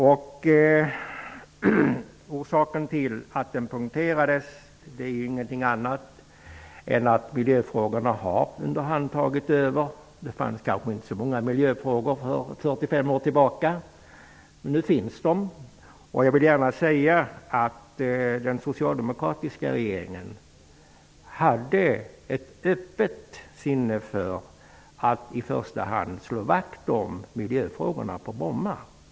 Orsaken till att den punkterades var ingen annan än att miljöfrågorna under hand har tagit över. Det fanns kanske inte så många miljöfrågor 45 år tillbaka, men nu finns det många sådana. Jag vill gärna säga att den socialdemokratiska regeringen hade ett öppet sinne för att i första hand slå vakt om miljöfrågorna när det gällde Bromma.